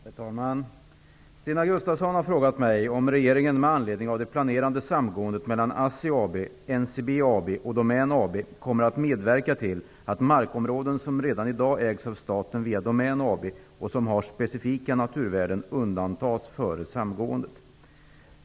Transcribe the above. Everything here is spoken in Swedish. Herr talman! Stina Gustavsson har frågat mig om regeringen med anledning av det planerade samgåendet mellan ASSI AB, NCB AB och Domän AB kommer att medverka till att markområden som redan i dag ägs av staten via Domän AB och som har specifika naturvärden undantas före samgåendet.